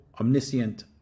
omniscient